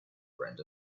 brand